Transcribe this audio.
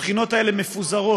הבחינות האלה מפוזרות,